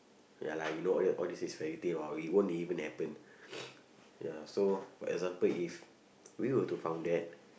ya lah you know all your all this is fairytale what it won't even happen ya so for example if we were to found that